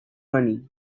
money